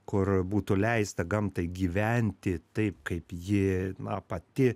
kur būtų leista gamtai gyventi taip kaip ji na pati